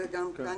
שזה גם כאן,